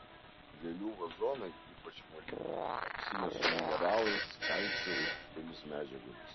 gėlių vazonai ypač moliniai apsineša mineralais kalciu ir kitomis medžiagomis